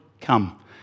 come